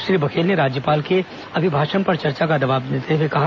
श्री बघेल ने राज्यपाल के अभिभाषण पर चर्चा का जवाब देते हुए यह बात कही